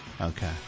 Okay